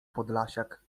podlasiak